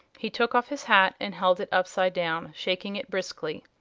he took off his hat and held it upside down, shaking it briskly.